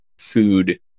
food